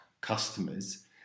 customers